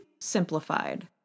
simplified